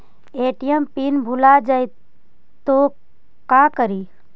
ATM pin भुला जाए तो का करी?